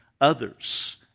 others